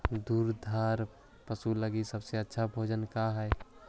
दुधार पशु लगीं सबसे अच्छा भोजन का हई?